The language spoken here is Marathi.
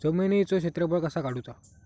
जमिनीचो क्षेत्रफळ कसा काढुचा?